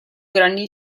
grandi